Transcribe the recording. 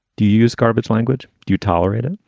do you use garbage language? do you tolerate it?